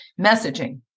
messaging